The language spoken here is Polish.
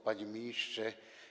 Panie Ministrze!